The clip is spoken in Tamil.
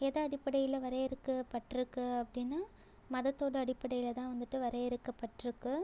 எதை அடிப்படையில் வரையறுக்கப்பட்டுருக்கு அப்படின்னா மதத்தோட அடிப்படையில் தான் வந்துவிட்டு வரையறுக்கப்பட்டுருக்கு